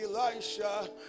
Elisha